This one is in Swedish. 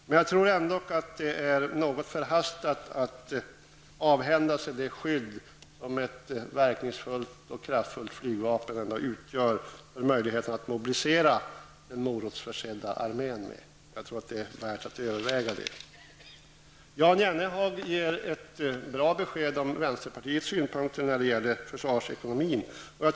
Men jag tror att det ändå är något förhastat att avhända sig det skydd som ett verkningsfullt och kraftfullt flygvapen ändå utgör med möjligheten att mobilisera den morotsförsedda armén. Det är värt att överväga frågan. Jan Jennehag gav ett bra besked om vänsterpartiets synpunkter när det gäller försvarsekonomin.